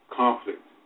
conflict